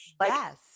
Yes